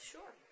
Sure